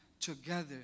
together